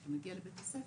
וכשאתה מגיע לבית הספר,